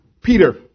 Peter